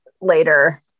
later